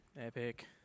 Epic